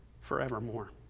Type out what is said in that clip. forevermore